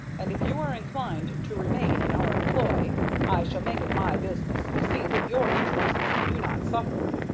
and if you are inclined to remain in our employ i shall make it my business to see that your interests do not suffer.